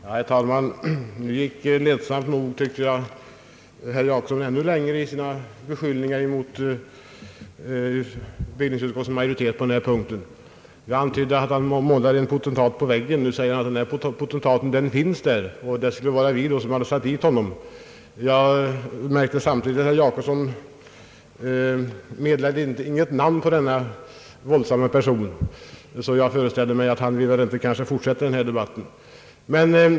Herr talman! Nu gick herr Jacobsson ledsamt nog, tycker jag, ännu längre i sina beskyllningar mot bevillningsutskottets majoritet på denna punkt. Jag antydde att han målat en potentat på väggen. Nu säger han att denna potentat finns där, och det skulle då vara vi som hade satt dit honom. Jag märkte samtidigt att herr Jacobsson inte meddelade något namn på denna farliga person. Jag föreställer mig därför att han inte vill fortsätta denna debatt.